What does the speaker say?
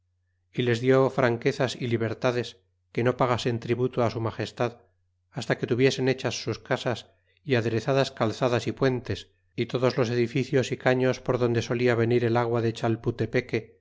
y les dió franquezas y libertades que no pagasen tributo fi su magestad hasta que tuviesen hechas sus casas y aderezadas calzadas y puentes y todos los edificios y caüos por donde solia venir el agua de